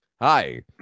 Hi